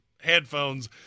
headphones